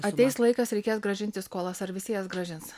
ateis laikas reikės grąžinti skolas ar visi jas grąžins